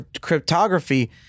cryptography